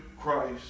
Christ